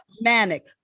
manic